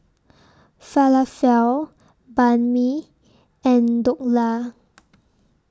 Falafel Banh MI and Dhokla